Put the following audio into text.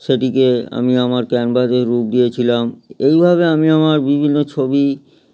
সেটিকে আমি আমার ক্যানভাসে রূপ দিয়েছিলাম এইভাবে আমি আমার বিভিন্ন ছবি